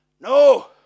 No